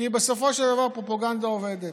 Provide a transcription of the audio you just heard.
כי בסופו של דבר, פרופגנדה עובדת.